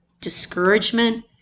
discouragement